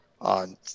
on